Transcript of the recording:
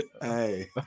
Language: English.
Hey